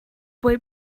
boy